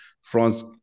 France